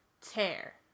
Tear